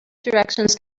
directions